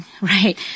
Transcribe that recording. right